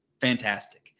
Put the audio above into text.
fantastic